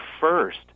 first